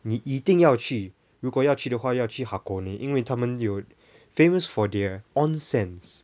你一定要去如果要去的话要去 hakone 因为他们有 famous for their onsen